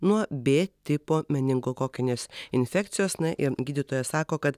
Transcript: nuo b tipo meningokokinės infekcijos na ir gydytoja sako kad